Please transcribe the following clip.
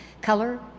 color